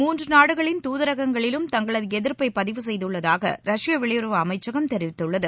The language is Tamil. மூன்று நாடுகளின் தூதரகங்களிலும் தங்களது எதிர்ப்பை பதிவு செய்துள்ளதாக ரஷ்ய வெளியுறவு அமைச்சகம் தெரிவித்துள்ளது